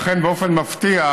אכן, באופן מפתיע,